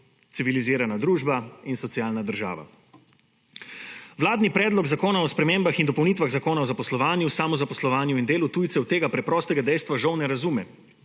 civilizirana družba in socialna država. Vladni Predlog zakona o spremembah in dopolnitvah Zakona o zaposlovanju, samozaposlovanju in delu tujcev tega preprostega dejstva žal ne razume.